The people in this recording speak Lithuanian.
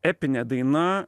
epinė daina